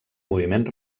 moviment